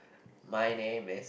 my name is